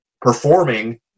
performing